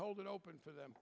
hold it open for them